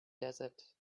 desert